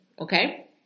Okay